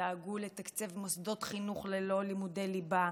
דאגו לתקצב מוסדות חינוך ללא לימודי ליבה,